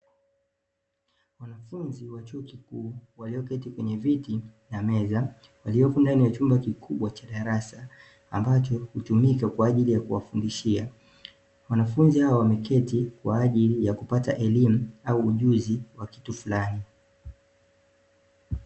Wanafunzi wa chuo kikuu walioketi kwenye viti na meza, walioko ndani ya chumba kikubwa cha darasa, ambacho hutumika kwa ajili ya kuwafundishia. Wanafunzi hawa wameketi kwa ajili ya kupata elimu au ujuzi wa kitu fulani.